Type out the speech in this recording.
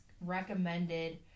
recommended